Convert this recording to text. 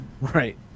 Right